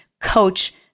coach